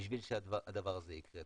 כדי שהדבר הזה יקרה.